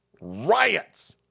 riots